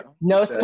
no